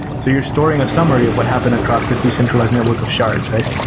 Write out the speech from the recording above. so you're storing a summary of what happened across these decentralized network of shards, right?